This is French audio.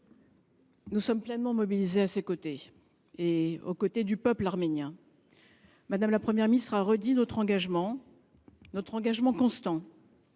nous sommes pleinement mobilisés à ses côtés et à ceux du peuple arménien. Mme la Première ministre a réaffirmé notre engagement constant.